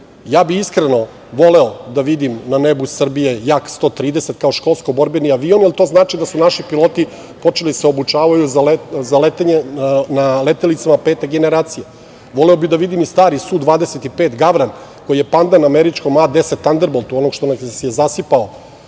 Ja bih iskreno voleo da vidim na nebu Srbije Jak-130 kao školsko-borbeni avion, jer to znači da su naši piloti počeli da se obučavaju za letenje na letelicama pete generacije. Voleo bih da vidim i stari Su-25 "Gavran", koji je pandan američkom A-10 "Tanberboltu", onog što nas je zasipao